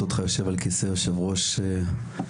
אותך יושב על כיסא יושב-ראש הוועדה.